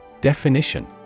Definition